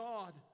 God